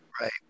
right